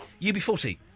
UB40